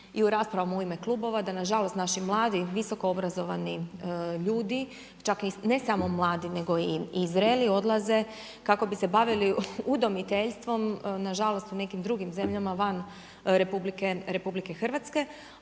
i u raspravama u ime klubova, da na žalost naši mladi visoko obrazovani, čak ne samo mladi, nego i zreli odlaze kako bi se bavili udomiteljstvom nažalost u nekim drugim zemljama van RH,